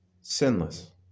sinless